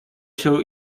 się